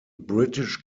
british